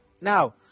Now